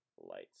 Lights